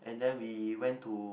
and then we went to